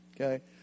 Okay